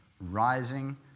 Rising